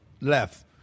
left